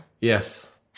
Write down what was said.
Yes